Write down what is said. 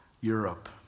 Europe